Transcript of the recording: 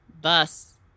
Thus